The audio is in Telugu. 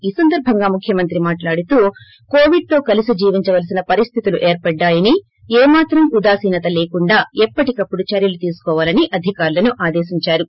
ఈ సందర్బంగా ముఖ్యమంత్రి మాట్లాడుతూ కోవీడ్తో కలిసి జీవించొల్సిన పరిస్థితులు ఏర్పడ్డాయని ఏమాత్రం ఉదాసినత లేకుండా ఎప్పటికప్పుడు చర్యలు తీసుకోవాలని అధికారులను ఆదేశించారు